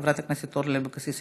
חברת הכנסת אורלי לוי אבקסיס,